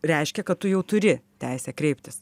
reiškia kad tu jau turi teisę kreiptis